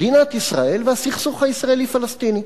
מדינת ישראל והסכסוך הישראלי-פלסטיני.